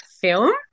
film